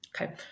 Okay